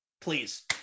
Please